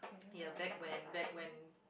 ya back when back when